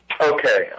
Okay